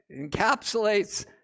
encapsulates